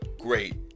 Great